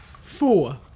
Four